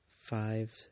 five